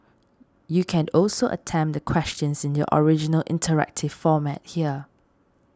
you can also attempt the questions in their original interactive format here